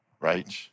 right